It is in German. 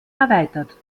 erweitert